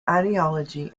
ideology